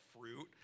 fruit